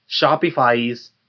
Shopify's